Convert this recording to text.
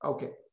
Okay